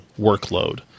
workload